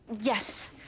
Yes